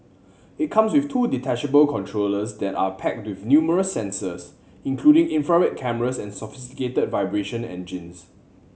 it comes with two detachable controllers that are packed with numerous sensors including infrared cameras and sophisticated vibration engines